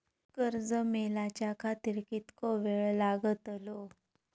कर्ज मेलाच्या खातिर कीतको वेळ लागतलो?